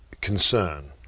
concern